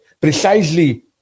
precisely